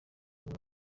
muri